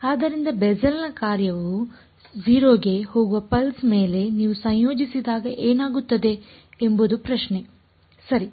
ಆದ್ದರಿಂದ ಬೆಸೆಲ್ನ ಕಾರ್ಯವು 0 ಕ್ಕೆ ಹೋಗುವ ಪಲ್ಸ್ ಮೇಲೆ ನೀವು ಸಂಯೋಜಿಸಿದಾಗ ಏನಾಗುತ್ತದೆ ಎಂಬುದು ಪ್ರಶ್ನೆ ಸರಿ